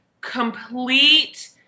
complete